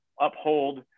uphold